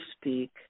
speak